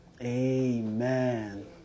Amen